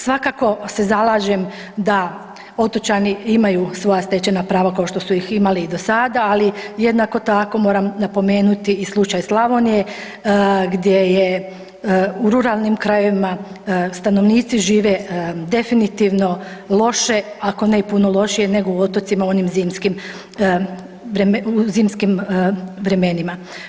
Svakako se zalažem da otočani imaju svoja stečena prava kao što su ih imali i do sada, ali jednako tako moram napomenuti i slučaj Slavonije gdje je u ruralnim krajevima stanovnici žive definitivno loše ako ne i puno lošije nego u otocima u onim zimskim vremenima.